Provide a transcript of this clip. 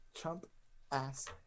Chump-ass